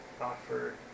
offer